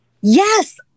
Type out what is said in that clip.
yes